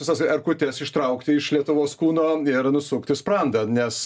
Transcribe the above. visas erkutes ištraukti iš lietuvos kūno ir nusukti sprandą nes